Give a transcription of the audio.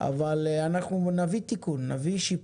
אבל אנחנו נביא תיקון, נביא שיפור,